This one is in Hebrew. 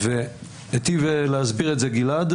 היטיב להסביר את זה גלעד,